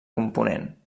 component